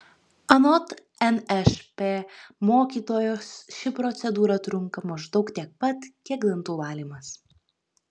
anot nšp mokytojos ši procedūra trunka maždaug tiek pat kiek dantų valymas